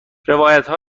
روایتها